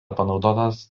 panaudotas